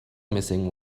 missing